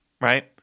right